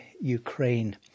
Ukraine